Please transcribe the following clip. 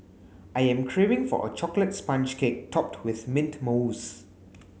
I am craving for a chocolate sponge cake topped with mint mousse